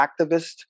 activist